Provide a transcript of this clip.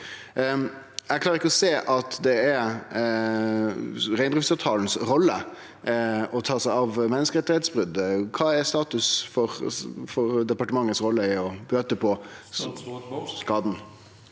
Eg klarer ikkje å sjå at det er reindriftsavtalen si rolle å ta seg av menneskerettsbrot. Kva er status for departementet si rolle i å bøte på skaden?